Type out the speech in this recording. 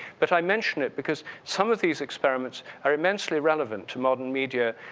but i mention it because some of these experiments are immensely relevant to modern media.